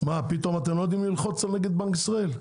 פתאום אתם לא יודעים ללחוץ על נגיד בנק ישראל?